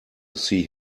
see